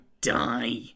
die